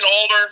older